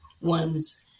one's